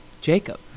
Jacob